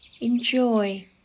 Enjoy